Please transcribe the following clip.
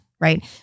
right